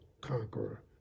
conqueror